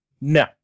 no